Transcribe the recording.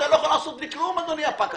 אתה לא יכול לעשות לי כלום אדוני הפקח,